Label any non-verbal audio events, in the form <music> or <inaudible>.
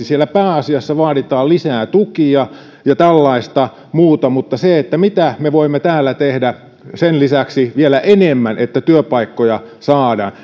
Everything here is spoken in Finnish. <unintelligible> siellä pääasiassa vaaditaan lisää tukia ja tällaista muuta mutta se mitä me voimme täällä tehdä sen lisäksi vielä enemmän että työpaikkoja saadaan <unintelligible>